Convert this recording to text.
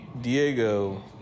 diego